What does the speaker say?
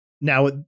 now